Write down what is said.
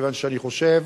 מכיוון שאני חושב